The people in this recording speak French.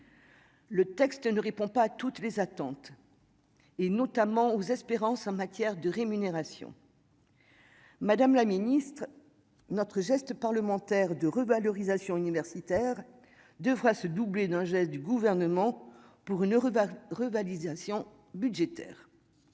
Le texte ne répond pas à toutes les attentes et notamment aux espérances en matière de rémunération. Madame la Ministre notre geste parlementaire de revalorisation universitaire devra se doubler d'un geste du gouvernement pour une heure revalidation budgétaire.